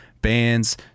bands